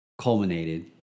culminated